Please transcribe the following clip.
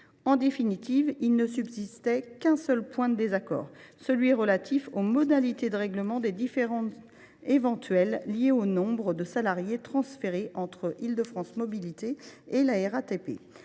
En définitive, il ne subsistait qu’un seul point de désaccord : les modalités de règlement des différends éventuels liés au nombre de salariés transférés entre IDFM et la RATP.